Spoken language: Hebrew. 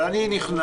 אבל אני נכנס,